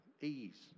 ease